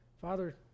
Father